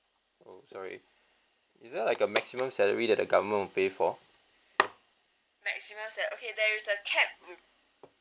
oh sorry is there like a maximum salary that the government will pay for